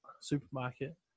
supermarket